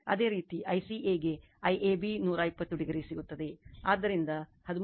ಅದೇ ರೀತಿ ICAಗೆ IAB 120 o ಸಿಗುತ್ತದೆ ಆದ್ದರಿಂದ 13